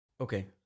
Okay